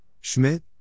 Schmidt